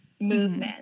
movement